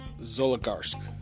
Zoligarsk